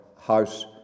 house